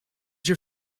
your